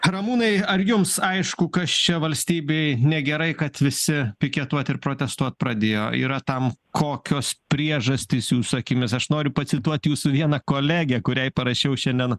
ramūnai ar jums aišku kas čia valstybei negerai kad visi piketuot ir protestuot pradėjo yra tam kokios priežastys jūsų akimis aš noriu pacituot jūsų vieną kolegę kuriai parašiau šiandien